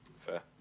Fair